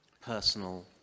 personal